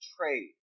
Trade